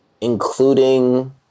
including